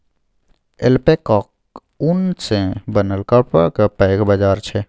ऐल्पैकाक ऊन सँ बनल कपड़ाक पैघ बाजार छै